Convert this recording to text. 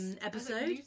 episode